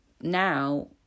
now